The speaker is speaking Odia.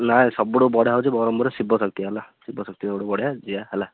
ନାଇ ସବୁଠୁ ବଢ଼ିଆ ହେଉଛି ବଂରହ୍ମ୍ପୁରରେ ଶିବଶକ୍ତି ହେଲା ଶିବଶକ୍ତି ସବୁଠୁ ବଢ଼ିଆ ଯିବା ହେଲା